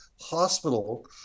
hospital